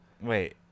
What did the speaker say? wait